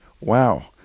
wow